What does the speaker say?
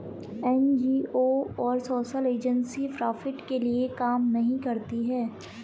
NGO और social agency profit के लिए काम नहीं करती है